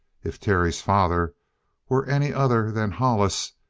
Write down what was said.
if terry's father were any other than hollis,